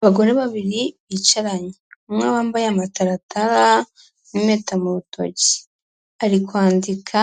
Abagore babiri bicaranye, umwe wambaye amataratara n'impeta mu rutoki, ari kwandika